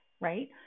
right